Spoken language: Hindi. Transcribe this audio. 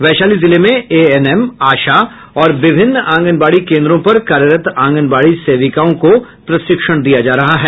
वैशाली जिले में एएनएम आशा और विभिन्न आंगनबाड़ी केन्द्रों पर कार्यरत आंगनबाड़ी सेविकाओं को प्रशिक्षण दिया जा रहा है